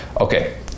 Okay